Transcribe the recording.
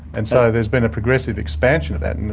and so there's been a progressive expansion of that and